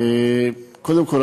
קודם כול,